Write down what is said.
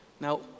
Now